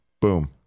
Boom